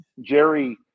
Jerry